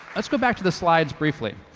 let's go back to the slides briefly.